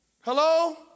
Hello